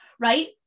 Right